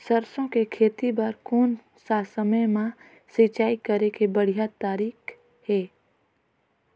सरसो के खेती बार कोन सा समय मां सिंचाई करे के बढ़िया तारीक हे?